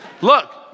Look